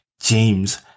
James